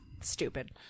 stupid